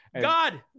God